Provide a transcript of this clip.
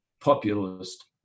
populist